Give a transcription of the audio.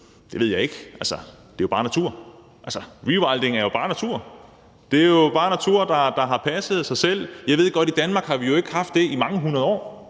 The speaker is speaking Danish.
Det ved jeg ikke. Det er bare natur. Rewilding er jo bare natur. Det er bare natur, der har passet sig selv. Jeg ved godt, at vi i Danmark jo ikke har haft det i mange hundrede år,